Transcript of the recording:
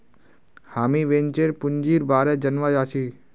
हामीं वेंचर पूंजीर बारे जनवा चाहछी